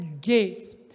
gates